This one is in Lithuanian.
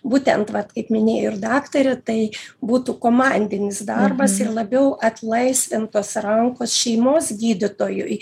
būtent vat kaip minėjo ir daktarė tai būtų komandinis darbas ir labiau atlaisvintos rankos šeimos gydytojui